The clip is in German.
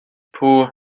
puh